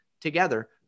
together